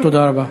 תודה רבה.